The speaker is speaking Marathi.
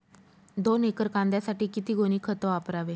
दोन एकर कांद्यासाठी किती गोणी खत वापरावे?